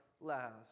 last